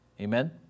Amen